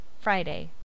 Friday